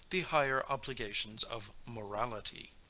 the higher obligations of morality.